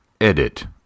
Edit